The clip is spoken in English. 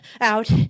out